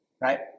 right